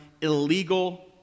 illegal